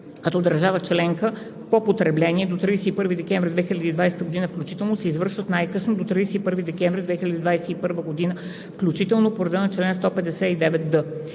като държава членка по потребление до 31 декември 2020 г. включително, се извършват най-късно до 31 декември 2021 г. включително по реда на чл. 159д.